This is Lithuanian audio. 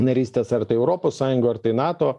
narystės ar tai europos sąjungoj ar tai nato